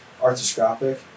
arthroscopic